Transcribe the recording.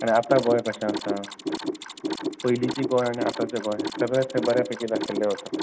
आनी आतां गोंय कशें आसा पयलींची गोंय आनी आतांचें गोंय सगळें थंय बऱ्या पेकी दाखयल्लें वता